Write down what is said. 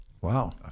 Wow